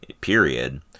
period